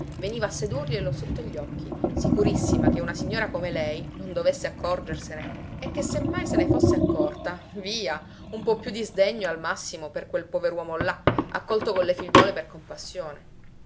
nuova veniva a sedurglielo sotto gli occhi sicurissima che una signora come lei non dovesse accorgersene e che se mai se ne fosse accorta via un po più di sdegno al massimo per quel pover uomo là accolto con le figliuole per compassione